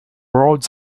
wrote